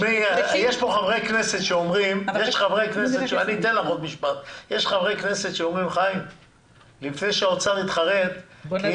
יש כאן חברי כנסת שאומרים שלפני שהאוצר יתחרט,